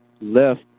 left